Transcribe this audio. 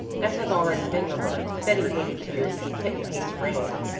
as has already been remarked, betty hated tears as a kitten hates rain.